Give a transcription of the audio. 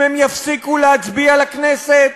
אם הם יפסיקו להצביע לכנסת,